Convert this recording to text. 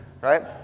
right